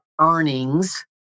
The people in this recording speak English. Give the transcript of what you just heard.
earnings